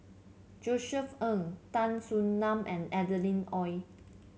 Josef Ng Tan Soo Nan and Adeline Ooi